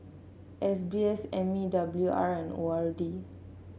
S B S M E W R and O R D